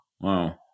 Wow